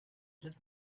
let